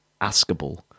askable